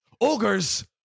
Ogres